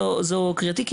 זו קריאתי.